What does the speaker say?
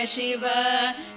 Shiva